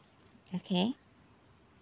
okay